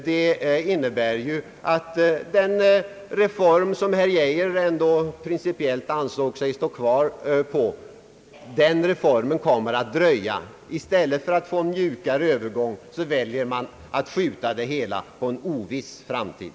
Det innebär ju att den reform, som herr Geijer ändå principiellt ansåg sig positivt inställd till, kommer att dröja. I stället för att få en mjukare övergång väljer man att skjuta på det hela till en oviss framtid.